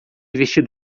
vestido